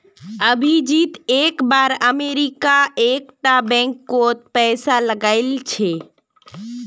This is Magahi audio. अभिजीत एक बार अमरीका एक टा बैंक कोत पैसा लगाइल छे